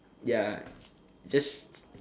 ya just